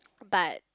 but